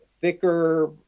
thicker